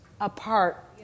apart